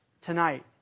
tonight